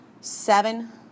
seven